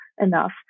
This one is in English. enough